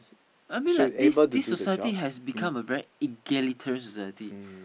I mean like this society has become a very egalitarian society